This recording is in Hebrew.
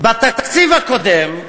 בתקציב הקודם,